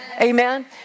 Amen